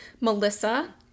Melissa